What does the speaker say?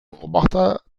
beobachter